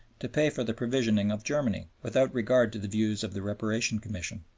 to pay for the provisioning of germany, without regard to the views of the reparation commission.